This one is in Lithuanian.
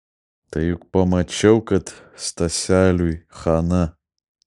tai juk pamačiau kad staseliui chaną